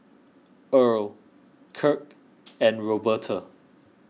Erle Kirk and Roberta